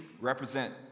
represent